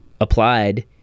applied